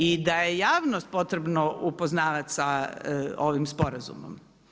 I da je javnost potrebno upoznavat sa ovim sporazumom.